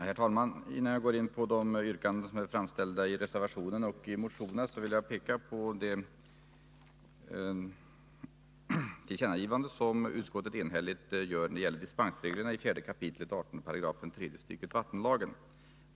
Herr talman! Innan jag går in på de yrkanden som är framställda i reservationen och i motionerna vill jag peka på det tillkännagivande som utskottet enhälligt gör när det gäller dispensregeln i 4 kap. 18 § tredje stycket vattenlagen.